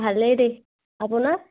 ভালেই দেই আপোনাৰ